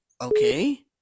Okay